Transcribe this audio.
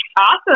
Awesome